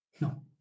No